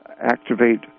activate